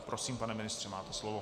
Prosím, pane ministře, máte slovo.